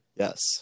Yes